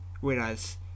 whereas